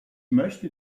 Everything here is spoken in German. möchte